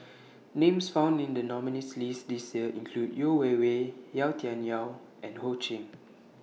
Names found in The nominees' list This Year include Yeo Wei Wei Yau Tian Yau and Ho Ching